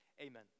amen